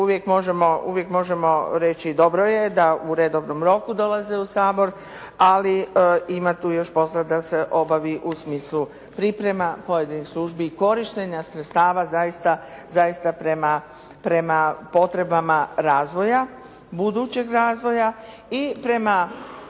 uvijek možemo reći dobro je da u redovnom roku dolaze u Sabor, ali ima tu još posla da se obavi u smislu priprema pojedinih službi i korištenja sredstava zaista prema potrebama razvoja, budućeg razvoja i prema